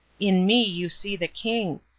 in me you see the king.